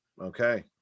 okay